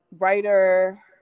writer